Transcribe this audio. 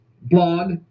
blog